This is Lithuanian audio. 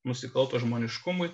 nusikalto žmoniškumui